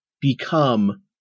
become